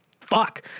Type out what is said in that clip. fuck